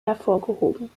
hervorgehoben